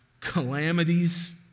calamities